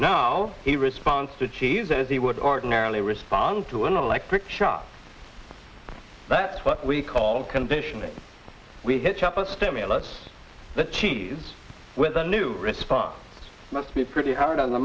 now he responds to cheese as he would ordinarily respond to an electric shock that's what we call condition that we hitch up a stimulus the cheese with a new response must be pretty hard on the